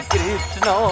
Krishna